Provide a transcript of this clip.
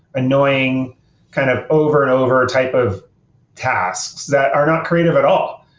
annoying kind of over and over ah type of tasks that are not creative at all.